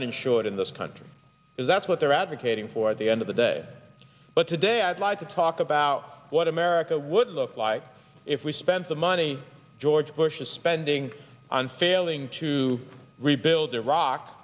uninsured in this country is that's what they're advocating for the end of the day but today i'd like to talk about what america would look like if we spent the money george bush is spending on failing to rebuild iraq